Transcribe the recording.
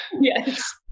Yes